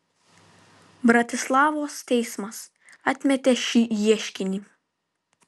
bratislavos teismas atmetė šį ieškinį